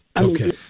Okay